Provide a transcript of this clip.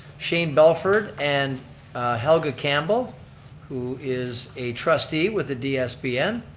shane bellford and helga campbell who is a trustee with the dspn